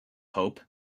hope